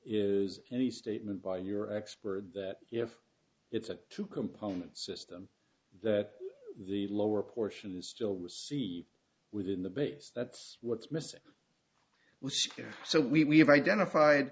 is any statement by your expert that if it's a two component system that the lower portion is still receive within the base that's what's missing so we have identified